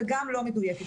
וגם לא מדויקת